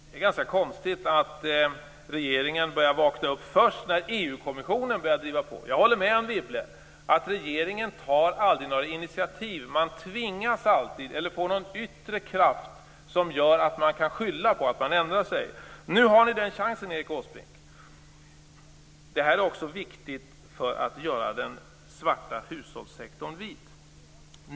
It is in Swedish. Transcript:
Det är konstigt att regeringen börjar vakna upp först när EU-kommissionen börjar driva på. Jag håller med Anne Wibble om att regeringen aldrig tar några egna initiativ utan alltid tvingas av någon yttre kraft, som gör att man kan skylla på att man ändrar sig. Nu har ni chansen, Erik Åsbrink. Detta är också viktigt för att göra den svarta hushållssektorn vit.